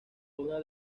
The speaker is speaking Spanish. una